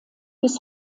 bis